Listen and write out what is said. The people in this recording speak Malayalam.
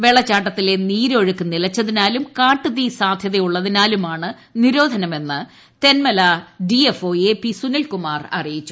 വെള്ളച്ചാട്ടത്തിലെ നീരൊഴുക്ക് നിലച്ചതിനാലും കാട്ടുതീ സാധ്യതയുള്ളതിനാലുമാണ് നിരോധനമെന്ന് Thenmala D F O A P Sunilbabu അറിയിച്ചു